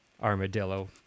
Armadillo